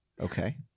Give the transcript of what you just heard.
Okay